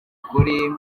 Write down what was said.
kuri